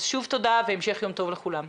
תודה והמשך יום טוב לכולם.